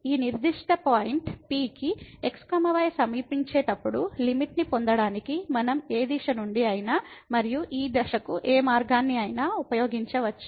ఈ నిర్దిష్ట point P కి x y సమీపించేటప్పుడు లిమిట్ ని పొందడానికి మనం ఏ దిశ నుండి అయినా మరియు ఈ దశకు ఏ మార్గాన్ని అయినా ఉపయోగించవచ్చు